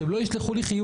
שהם לא ישלחו לי חיוב.